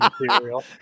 material